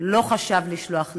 לא חשב לשלוח נציג.